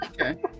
Okay